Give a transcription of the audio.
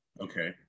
Okay